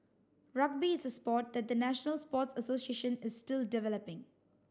Rugby is a sport that the national sports association is still developing